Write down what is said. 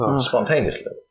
spontaneously